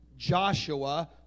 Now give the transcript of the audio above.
joshua